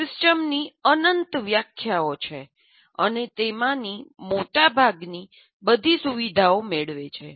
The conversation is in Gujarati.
સિસ્ટમની અનંત વ્યાખ્યાઓ છે અને તેમાંની મોટાભાગની બધી સુવિધાઓ મેળવે છે